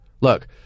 Look